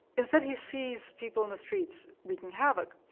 instead he sees people in the streets wreaking havoc.